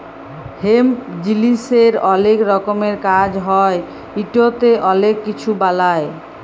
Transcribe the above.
hemp জিলিসের অলেক রকমের কাজ হ্যয় ইটতে অলেক কিছু বালাই